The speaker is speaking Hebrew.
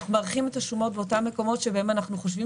אנחנו מאריכים את השומות באותם מקומות שבהם אנחנו חושבים